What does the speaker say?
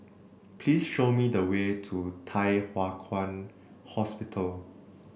please show me the way to Thye Hua Kwan Hospital